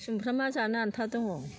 सुमफ्रामा जानो आन्था दङ